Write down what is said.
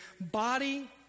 body